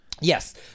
Yes